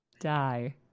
die